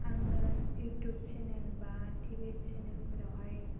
आङो YouTube channel बा T V सेनेलफोरावहाय